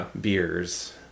beers